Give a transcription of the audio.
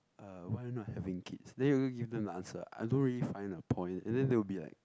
uh why are you not having kids then you gonna give them the answer I don't really find a point and then they will be like